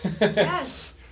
yes